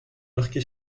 marqué